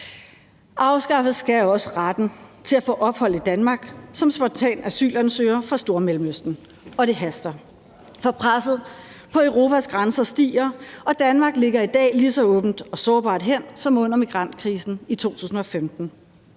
Afskaffes skal også retten til at få ophold i Danmark som spontan asylansøger fra Stormellemøsten, og det haster. For presset på Europas grænser stiger, og Danmark ligger i dag lige så åbent og sårbart hen som under migrantkrisen i 2015.